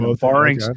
Barring